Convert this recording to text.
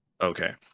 Okay